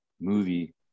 movie